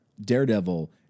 Daredevil